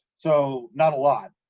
so not a lot,